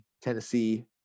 Tennessee